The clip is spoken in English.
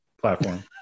platform